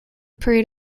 period